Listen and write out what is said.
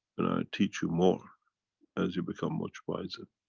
and i teach you more as you become much wiser.